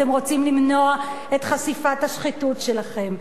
אתם רוצים למנוע את חשיפת השחיתות שלכם.